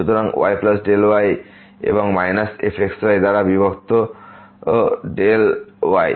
সুতরাং yy এবং f x y দ্বারা বিভক্ত y